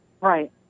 Right